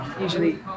usually